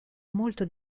molto